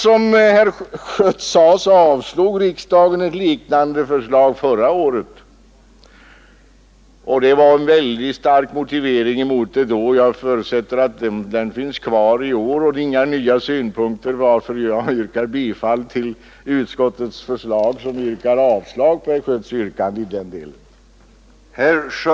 Som herr Schött sade avslog riksdagen ett liknande förslag förra året. Man hade då en mycket stark motivering för detta, och jag förutsätter att den är giltig också i år. Inga nya synpunkter har anförts, varför jag yrkar bifall till utskottets förslag, som innebär att herr Schötts yrkande i denna del avslås.